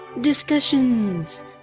discussions